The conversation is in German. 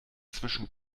zwischen